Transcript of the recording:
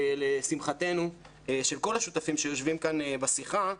לשמחת כל השותפים שיושבים כאן בשיחה,